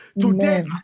today